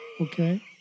Okay